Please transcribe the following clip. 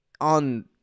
On